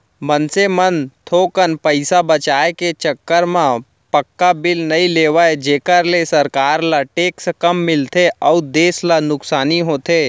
मनसे मन थोकन पइसा बचाय के चक्कर म पक्का बिल नइ लेवय जेखर ले सरकार ल टेक्स कम मिलथे अउ देस ल नुकसानी होथे